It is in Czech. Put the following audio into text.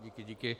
Díky, díky.